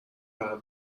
بهم